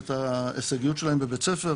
ואת ההישגיות שלהם בבית הספר.